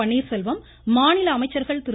பன்னீர்செல்வம் மாநில அமைச்சர்கள் திரு